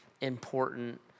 important